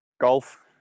Golf